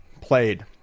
played